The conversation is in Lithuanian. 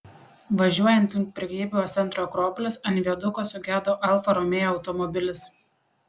važiuojant link prekybos centro akropolis ant viaduko sugedo alfa romeo automobilis